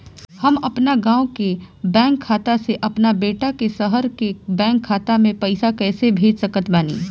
हम अपना गाँव के बैंक खाता से अपना बेटा के शहर के बैंक खाता मे पैसा कैसे भेज सकत बानी?